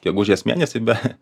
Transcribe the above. gegužės mėnesį be